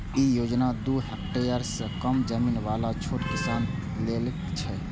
ई योजना दू हेक्टेअर सं कम जमीन बला छोट किसान लेल छै